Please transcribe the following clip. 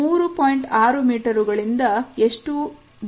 6 ಮೀಟರುಗಳ ದೂರದವರೆಗೂ ಇರಬಹುದು